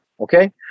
Okay